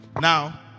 Now